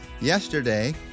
Yesterday